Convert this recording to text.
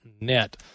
net